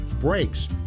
Brakes